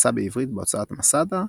יצא בעברית בהוצאת מסדה,